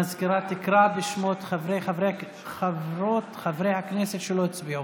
המזכירה תקרא בשמות חברי הכנסת שלא הצביעו.